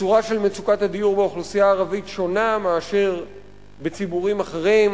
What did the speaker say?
הצורה של מצוקת הדיור באוכלוסייה הערבית שונה מאשר בציבורים אחרים,